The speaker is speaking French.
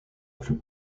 plus